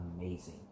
amazing